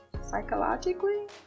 psychologically